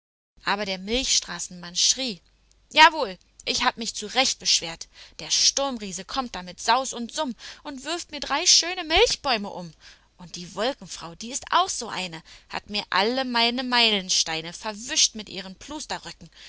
aber der milchstraßenmann schrie jawohl ich hab mich zu recht beschwert der sturmriese kommt da mit saus und summ und wirft mir drei schöne milchbäume um und die wolkenfrau die ist auch so eine hat mir alle meine meilensteine verwischt mit ihren